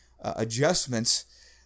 adjustments